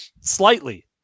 slightly